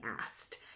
asked